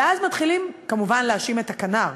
ואז מתחילים כמובן להאשים את הכנ"ר,